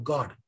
God